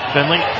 Finley